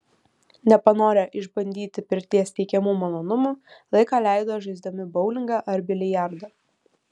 nepanorę išbandyti pirties teikiamų malonumų laiką leido žaisdami boulingą ar biliardą